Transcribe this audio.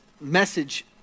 message